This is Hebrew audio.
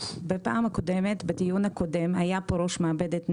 בפעם הקודמת, בדיון הקודם, היה פה ראש מעבדת נשק,